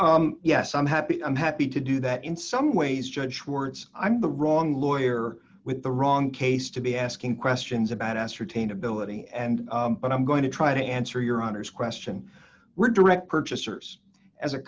so yes i'm happy i'm happy to do that in some ways judge words i'm the wrong lawyer with the wrong case to be asking questions about ascertain ability and but i'm going to try to answer your honor's question were direct purchasers as a